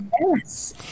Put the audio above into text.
Yes